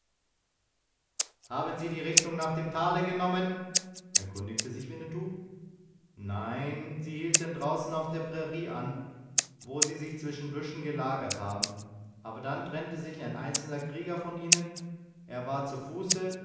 haben sie die richtung nach dem tale genommen erkundigte sich winnetou nein sie hielten draußen auf der prairie an wo sie sich zwischen büschen gelagert haben aber dann trennte sich ein einzelner krieger von ihnen er war zu fuße